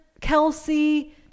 Kelsey